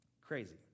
crazy